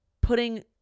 putting